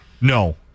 no